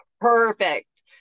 perfect